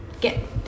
get